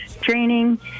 training